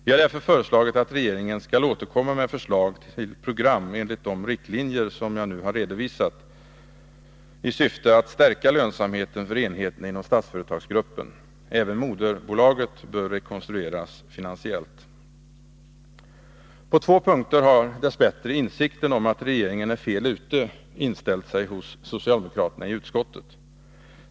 Vi har därför föreslagit att regeringen skall återkomma med förslag till program enligt de riktlinjer som jag nu har redovisat i syfte att stärka lönsamheten för enheterna inom Statsföretagsgruppen. Även moderbolaget bör rekonstrueras finansiellt. På två punkter har dess bättre insikten om att regeringen ”är fel ute” inställt sig hos socialdemokraterna i utskottet.